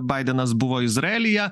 baidenas buvo izraelyje